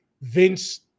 Vince